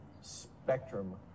spectrum